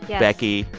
becky,